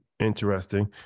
Interesting